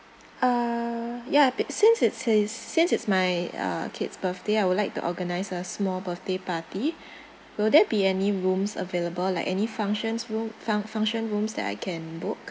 uh ya bit~ since it's his since it's my uh kid's birthday I would like to organise a small birthday party will there be any rooms available like any functions room fun~ function rooms that I can book